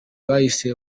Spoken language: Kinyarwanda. bahise